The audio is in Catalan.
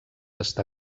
està